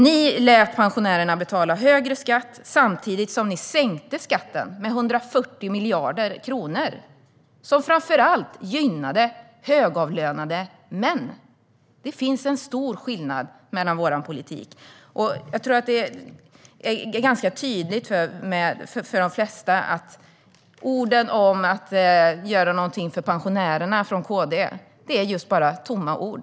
Ni lät pensionärerna betala högre skatt samtidigt som ni sänkte skatten med 140 miljarder kronor, vilket framför allt gynnade högavlönade män. Det finns en stor skillnad mellan er och vår politik. Och jag tror att det är ganska tydligt för de flesta att orden från KD om att göra någonting för pensionärerna är just bara tomma ord.